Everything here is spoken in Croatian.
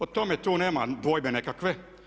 O tome tu nema dvojbe nekakve.